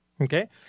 okay